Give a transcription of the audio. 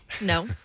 No